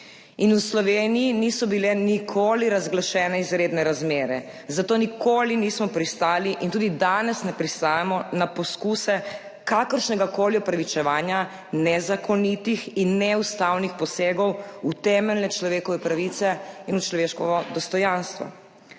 In v Sloveniji niso bile nikoli razglašene izredne razmere, zato nikoli nismo pristali in tudi danes ne pristajamo na poskuse kakršnegakoli opravičevanja nezakonitih in neustavnih posegov v temeljne človekove pravice in v človekovo dostojanstvo.